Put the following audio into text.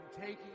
taking